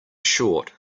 short